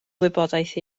wybodaeth